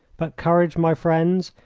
but courage, my friends!